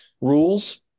rules